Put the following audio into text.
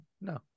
No